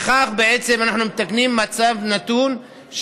בכך אנחנו מתקנים מצב נתון,